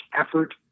effort